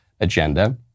agenda